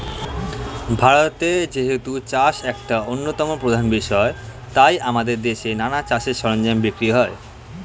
ভারতে যেহেতু চাষ একটা অন্যতম প্রধান বিষয় তাই আমাদের দেশে নানা চাষের সরঞ্জাম বিক্রি হয়